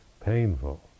painful